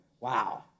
wow